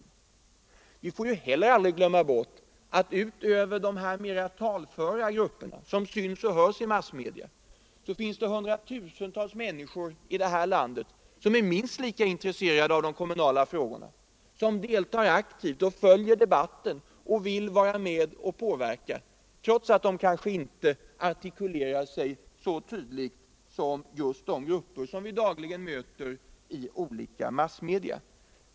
Den kommunala Vi får ju heller aldrig glömma bort att det utöver de mera talföra grupperna — demokratin m.m. som ofta syns och hörs i massmedia finns hundratusentals människor i detta land som är minst lika intresserade av de kommunala frågorna, som deltar aktivt och följer debatten och vill vara med och påverka utvecklingen. Detta trots att de kanske inte artikulerar sig så tydligt som just de grupper vi dagligen möter i olika massmedia.